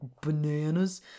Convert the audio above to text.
bananas